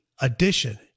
addition